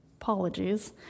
apologies